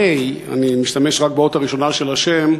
פ' אני משתמש רק באות הראשונה של השם,